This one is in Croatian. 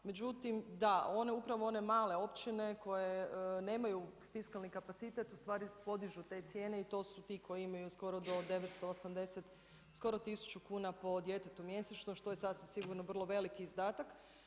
Međutim, da one upravo, one male općine koje nemaju fiskalni kapacitet, ustvari podižu te cijene i to su ti koji imaju skoro do 980, skoro 1000 kuna po djetetu mjesečno, što je sasvim sigurno vrlo veliki izdatak.